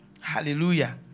Hallelujah